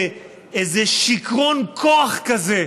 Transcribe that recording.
באיזה שיכרון כוח כזה,